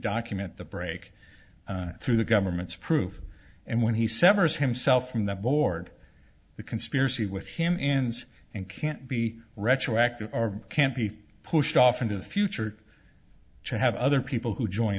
document the break through the government's proof and when he severs himself from that board the conspiracy with him ends and can't be retroactive can't be pushed off into the future to have other people who join